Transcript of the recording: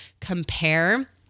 compare